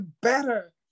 better